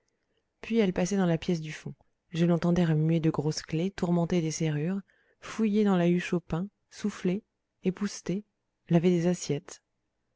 puis elle passait dans la pièce du fond je l'entendais remuer de grosses clefs tourmenter des serrures fouiller dans la huche au pain souffler épousseter laver des assiettes